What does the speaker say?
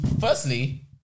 Firstly